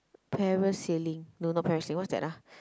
parasailing no not parasailing what's that ah